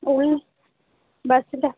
ம் பஸ்ஸில்